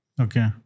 Okay